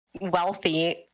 wealthy